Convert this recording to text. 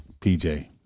PJ